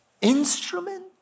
instrument